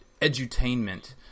edutainment